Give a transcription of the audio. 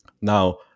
Now